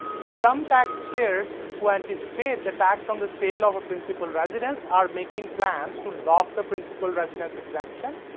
some taxpayers who anticipate the tax on the sale of a principal residence are making plans, to lock the principal residence exemption,